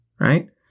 right